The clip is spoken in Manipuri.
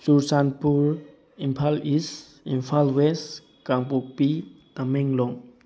Churachandpur Imphal East Imphal West Kangpokpi Tamenglong